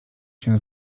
się